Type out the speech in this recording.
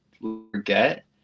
forget